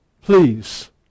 Please